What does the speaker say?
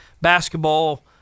basketball